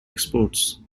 exports